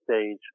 stage